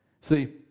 See